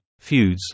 Feuds